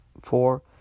four